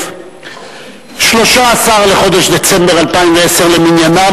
13 בחודש דצמבר 2010 למניינם.